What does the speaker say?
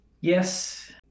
Yes